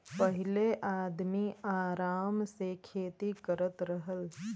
पहिले आदमी आराम से खेती करत रहल